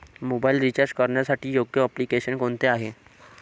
Mobile recharge करण्यासाठी योग्य application कोणते आहे?